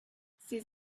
ces